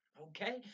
Okay